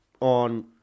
on